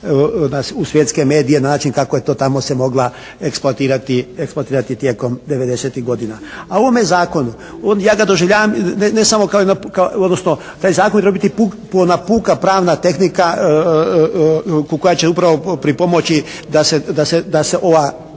u svjetske medije na način kako je to tamo se mogla eksploatirati tijekom devedesetih godina. A o ovome zakonu, ja ga doživljavam ne samo kao jedan, odnosno taj zakon treba biti ona puka pravna tehnika koja će upravo pripomoći da se ova,